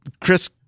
Chris